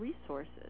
resources